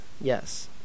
Yes